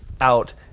out